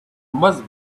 must